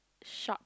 Shak